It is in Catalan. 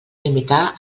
limitar